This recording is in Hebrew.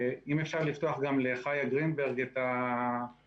אם אפשר לפתוח גם לחיה גרינברג את הזום,